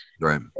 Right